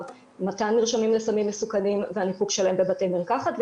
מתן מרשמים לסמים מסיכונים והניפוק שלהם בבתי מרקחת,